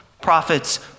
Prophets